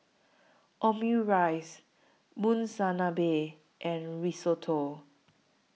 Omurice Monsunabe and Risotto